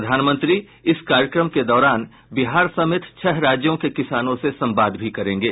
प्रधानमंत्री इस कार्यक्रम के दौरान बिहार समेत छह राज्यों के किसानों से संवाद भी करेंगे